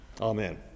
Amen